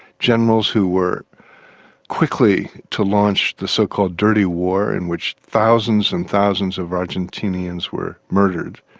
generals who were quickly to launch the so-called dirty war in which thousands and thousands of argentineans were murdered,